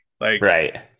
Right